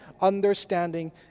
understanding